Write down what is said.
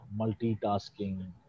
multitasking